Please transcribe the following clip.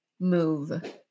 move